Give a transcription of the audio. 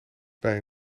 bij